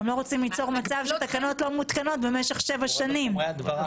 גם הוראה שאומרת בדיקות מעבדה יבוצעו לפי המפורט בתוספת,